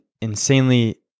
insanely